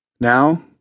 Now